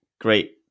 great